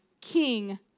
King